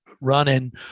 running